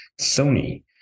Sony